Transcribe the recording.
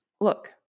Look